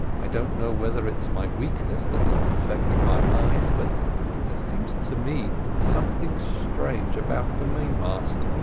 i don't know whether it's my weakness that's affecting my eyes, but there seems to me something strange about the main-mast.